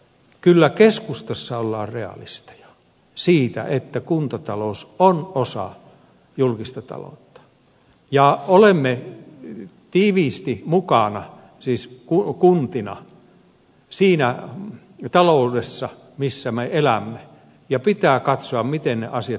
kyllä keskustassa ollaan realisteja siinä että kuntatalous on osa julkista taloutta ja olemme tiiviisti mukana siis kuntina siinä taloudessa missä me elämme ja pitää katsoa miten ne asiat pystyy järjestämään